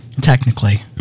Technically